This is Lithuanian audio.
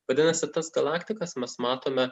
vadinasi tas galaktikas mes matome